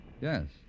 Yes